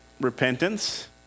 repentance